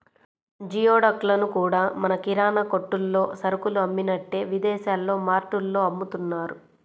geoduck లను కూడా మన కిరాణా కొట్టుల్లో సరుకులు అమ్మినట్టే విదేశాల్లో మార్టుల్లో అమ్ముతున్నారు